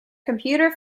computer